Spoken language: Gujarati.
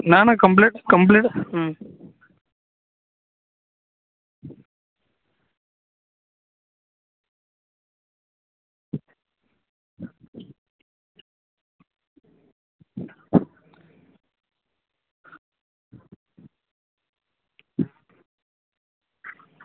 ના ના કમ્પ્લીટ કમ્પ્લીટ હમ